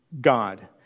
God